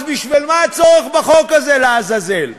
אז מה הצורך בחוק הזה, לעזאזל?